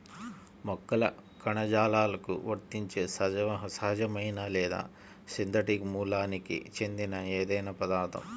మొక్కల కణజాలాలకు వర్తించే సహజమైన లేదా సింథటిక్ మూలానికి చెందిన ఏదైనా పదార్థం